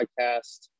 podcast